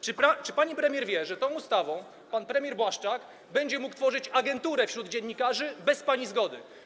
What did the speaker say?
Czy pani premier wie, że tą ustawą pan premier Błaszczak będzie mógł tworzyć agenturę wśród dziennikarzy bez pani zgody?